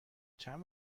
چند